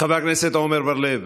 חבר הכנסת עמר בר לב,